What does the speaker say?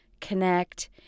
connect